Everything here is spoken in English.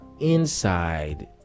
inside